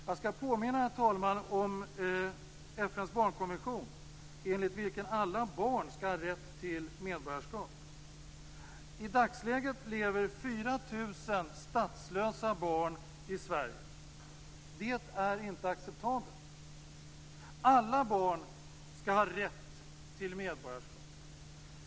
Jag skall, herr talman, påminna om FN:s barnkonvention, enligt vilken alla barn skall ha rätt till medborgarskap. I dagsläget lever det 4 000 statslösa barn i Sverige. Det är inte acceptabelt. Alla barn skall ha rätt till medborgarskap.